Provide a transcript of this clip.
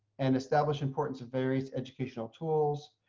and establish importance of various educational tools,